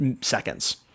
seconds